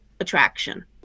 attraction